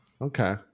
Okay